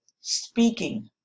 speaking